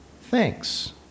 thanks